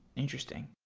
interesting.